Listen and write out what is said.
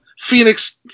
Phoenix